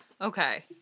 Okay